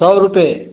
सौ रुपये